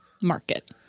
market